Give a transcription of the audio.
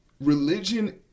Religion